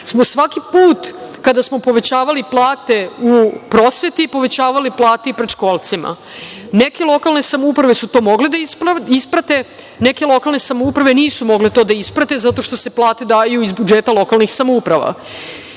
smo svaki put kada smo povećavali plate u prosveti, povećavali plate i predškolcima. Neke lokalne samouprave su to mogle da isprate, neke nisu mogle da isprate zato što se plate daju iz budžeta lokalnih samouprava.